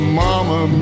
mama